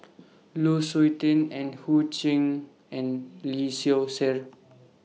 Lu Suitin and Ho Chee and Lee Seow Ser